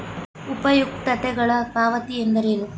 ಉಪಯುಕ್ತತೆಗಳ ಪಾವತಿ ಎಂದರೇನು?